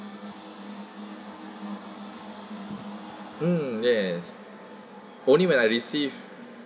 mm yes only when I received